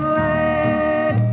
let